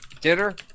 dinner